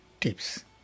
tips